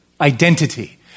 identity